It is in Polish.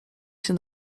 się